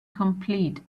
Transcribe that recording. complete